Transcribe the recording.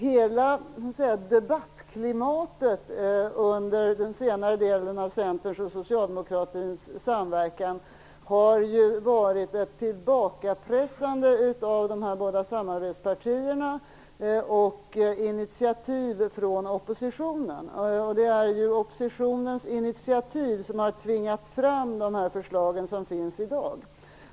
Hela debattklimatet under senare delen av Centerns och Socialdemokraternas samverkan har präglats av ett tillbakapressande av de båda samarbetspartierna och av initiativ från oppositionen. Det är oppositionens initiativ som har tvingat fram de förslag som finns i dag.